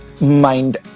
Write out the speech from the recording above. mind